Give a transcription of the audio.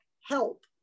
help